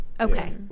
Okay